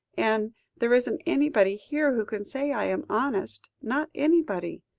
and there isn't anybody here who can say i am honest, not anybody.